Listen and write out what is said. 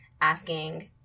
asking